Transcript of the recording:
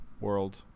world